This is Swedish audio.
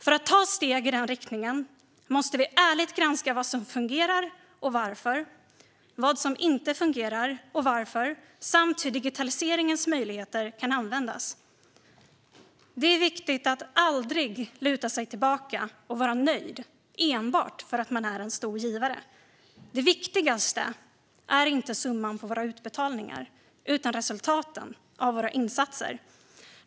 För att ta steg i den riktningen måste vi ärligt granska vad som fungerar och varför, vad som inte fungerar och varför samt hur digitaliseringens möjligheter kan användas. Det är viktigt att aldrig luta sig tillbaka och vara nöjd enbart för att man är en stor givare. Det viktigaste är inte summan på våra utbetalningar utan resultaten av våra insatser.